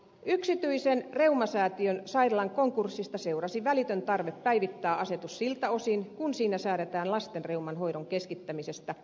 yksityisen reumasäätiön sairaalan konkurssista seurasi välitön tarve päivittää asetus siltä osin kun siinä säädetään lastenreuman hoidon keskittämisestä